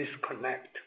disconnect